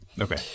Okay